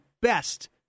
best